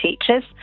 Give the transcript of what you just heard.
teachers